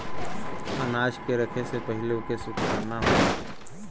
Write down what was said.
अनाज के रखे से पहिले ओके सुखाना होला